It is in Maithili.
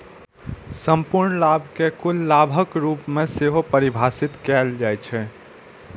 संपूर्ण लाभ कें कुल लाभक रूप मे सेहो परिभाषित कैल जाइ छै